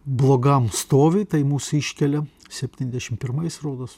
blogam stovy tai mus iškelė septyniasdešimt pirmais rodos